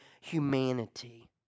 humanity